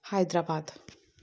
Hyderabad